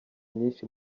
myinshi